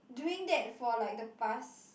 doing that for like the past